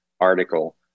article